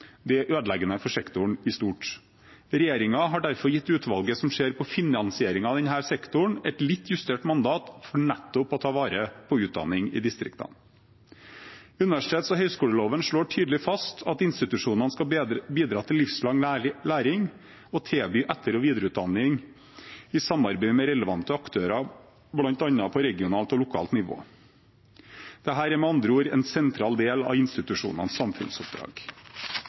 er ødeleggende for sektoren i stort. Regjeringen har derfor gitt utvalget som ser på finansieringen av denne sektoren, et litt justert mandat for nettopp å ta vare på utdanning i distriktene. Universitets- og høyskoleloven slår tydelig fast at institusjonene skal bidra til livslang læring og tilby etter- og videreutdanning i samarbeid med relevante aktører bl.a. på regionalt og lokalt nivå. Dette er med andre ord en sentral del av institusjonenes samfunnsoppdrag.